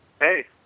Hey